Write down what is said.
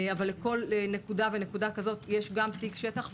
לכל נקודה ונקודה כזאת יהיה תיק שטח,